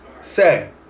say